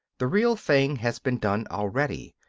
the real thing has been done already,